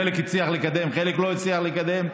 חלק הצליחו לקדם וחלק לא הצליחו לקדם.